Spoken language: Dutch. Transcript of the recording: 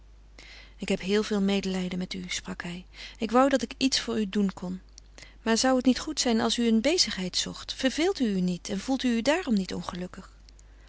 ik heb heel veel medelijden met u sprak hij ik wou dat ik iets voor u doen kon maar zou het niet goed zijn als u een bezigheid zocht verveelt u u niet en voelt u u daarom niet ongelukkig